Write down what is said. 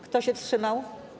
Kto się wstrzymał?